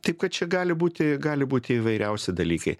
taip kad čia gali būti gali būti įvairiausi dalykai